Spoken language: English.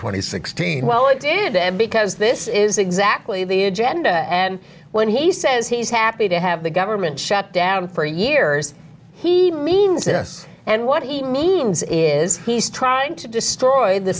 and sixteen well it did because this is exactly the agenda and when he says he's happy to have the government shutdown for years he means this and what he means is he's trying to destroy the